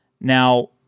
Now